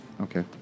okay